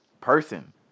person